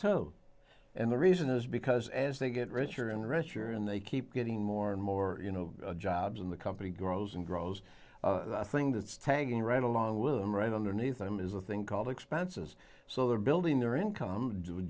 two and the reason is because as they get richer and richer and they keep getting more and more you know jobs in the company grows and grows i think that's tanking right along with them right underneath them is a thing called expenses so they're building their income